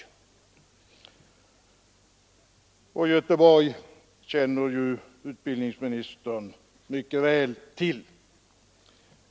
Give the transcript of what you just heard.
Staden Göteborg känner ju utbildningsministern mycket väl till.